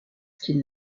qu’il